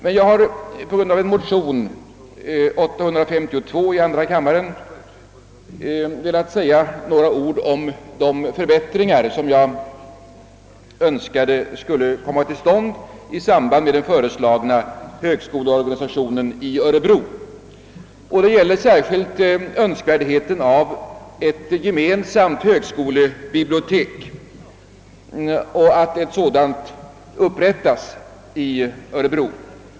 Då jag har väckt motionen II: 852 vill jag emellertid säga några ord om de förbättringar jag önskar skall komma till stånd i samband med de föreslagna högskolorna i Örebro. Det gäller särskilt önskvärdheten av att det upprättas ett gemensamt högskolebibliotek där.